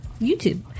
YouTube